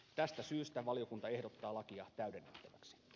tästä syystä valiokunta ehdottaa lakia täydennettäväksi